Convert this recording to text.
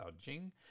Jing